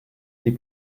die